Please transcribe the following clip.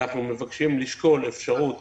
אנחנו מבקשים לשקול אפשרות